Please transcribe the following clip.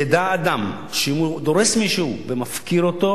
ידע אדם שאם הוא דורס מישהו ומפקיר אותו,